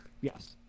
Yes